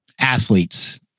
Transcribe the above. athletes